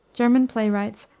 german playwrights,